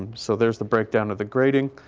and so there's the breakdown of the grading,